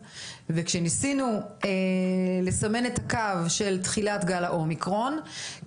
וכשניסינו לסמן את הקו של תחילת גל האומיקרון,